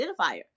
identifier